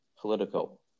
political